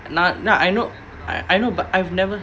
na ya I know I know but I've never